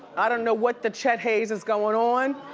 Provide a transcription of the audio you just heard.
i don't know what the chet haze is going on.